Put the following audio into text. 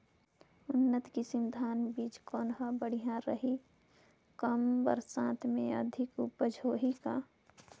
उन्नत किसम धान बीजा कौन हर बढ़िया रही? कम बरसात मे भी अधिक उपज होही का?